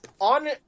on